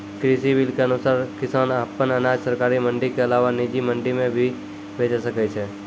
कृषि बिल के अनुसार किसान अप्पन अनाज सरकारी मंडी के अलावा निजी मंडी मे भी बेचि सकै छै